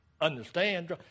understand